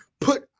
put